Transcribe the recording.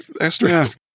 asterisk